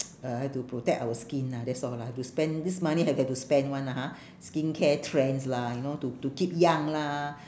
uh have to protect our skin lah that's all lah have to spend this money have have to spend [one] lah ha skincare trends lah you know to to keep young lah